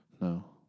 No